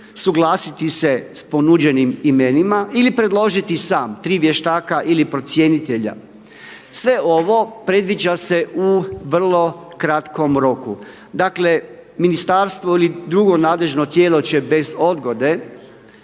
suglasiti se sa ponuđenim imenima ili predložiti sam tri vještaka ili procjenitelja. Sve ovo predviđa se u vrlo kratkom roku. Dakle, ministarstvo ili drugo nadležno tijelo će bez odgode